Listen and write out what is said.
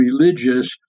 religious